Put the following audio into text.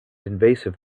invasive